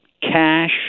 cash